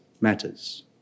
matters